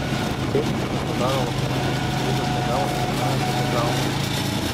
kaip krasnodaro lokomotiv klubas reagavo sužinojęs apie traumą